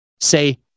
say